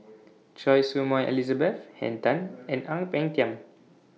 Choy Su Moi Elizabeth Henn Tan and Ang Peng Tiam